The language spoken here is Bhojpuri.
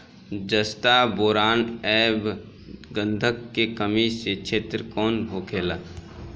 जस्ता बोरान ऐब गंधक के कमी के क्षेत्र कौन कौनहोला?